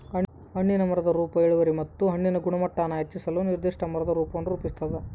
ಹಣ್ಣಿನ ಮರದ ರೂಪ ಇಳುವರಿ ಮತ್ತು ಹಣ್ಣಿನ ಗುಣಮಟ್ಟಾನ ಹೆಚ್ಚಿಸಲು ನಿರ್ದಿಷ್ಟ ಮರದ ರೂಪವನ್ನು ರೂಪಿಸ್ತದ